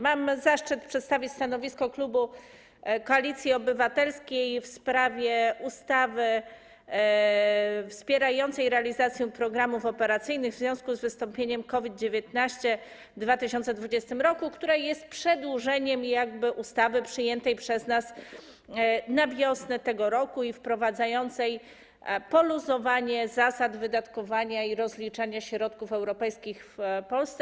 Mam zaszczyt przedstawić stanowisko klubu Koalicji Obywatelskiej w sprawie ustawy wspierającej realizację programów operacyjnych w związku z wystąpieniem COVID-19 w 2020 r., która jest przedłużeniem ustawy przyjętej przez nas na wiosnę tego roku i wprowadza poluzowanie zasad wydatkowania i rozliczania środków europejskich w Polsce.